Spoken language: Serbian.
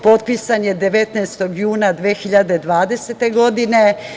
Potpisan je 19. juna 2020. godine.